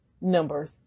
numbers